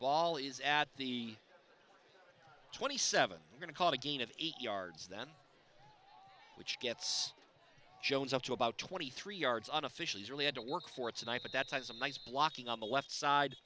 ball is at the twenty seven i'm going to call again of eight yards then which gets jones up to about twenty three yards on officials really had to work for tonight but that's as a nice blocking on the left side